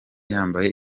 yambaye